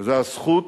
וזו הזכות